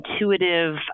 intuitive